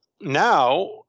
now